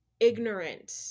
ignorant